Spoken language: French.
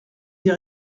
des